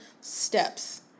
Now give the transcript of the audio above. steps